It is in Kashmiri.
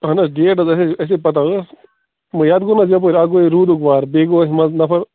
اَہَن حظ ڈیٹ حظ اَسہِ حظ اَسے پَتاہ ٲس وۅنۍ یتھ گوٚو نا حظ یَپٲرۍ اَکھ گوٚو یہِ روٗدُک وَر بیٚیہِ گوٚو اَسہِ منٛزٕ نَفَر